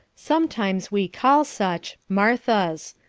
sometimes we call such marthas,